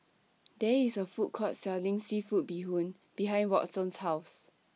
There IS A Food Court Selling Seafood Bee Hoon behind Watson's House